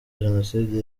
jenoside